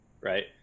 right